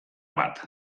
bat